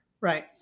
Right